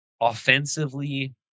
Offensively